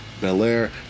Belair